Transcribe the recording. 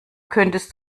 könntest